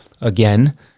again